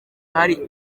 hari